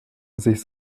sich